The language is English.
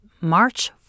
March